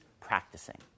practicing